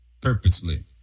purposely